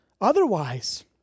Otherwise